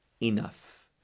enough